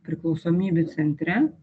priklausomybių centre